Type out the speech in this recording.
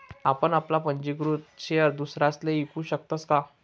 आपण आपला पंजीकृत शेयर दुसरासले ईकू शकतस का?